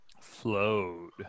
Flowed